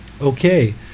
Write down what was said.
Okay